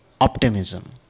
optimism